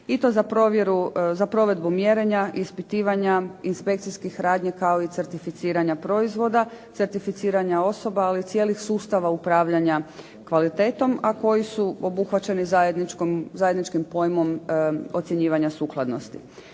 i to za provedbu mjerenja, ispitivanja, inspekcijskih radnji, kao i certificiranja proizvoda, certificiranja osoba, ali i cijelih sustava upravljanja kvalitetom, a koji su obuhvaćeni zajedničkim pojmom ocjenjivanja sukladnosti.